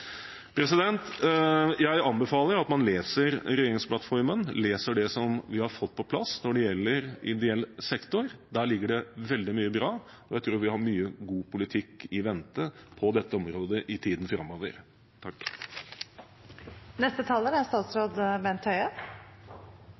Jeg anbefaler at man leser regjeringsplattformen, leser om det vi har fått på plass når det gjelder ideell sektor. Der ligger det veldig mye bra. Jeg tror vi har mye god politikk i vente på dette området i tiden framover.